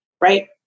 right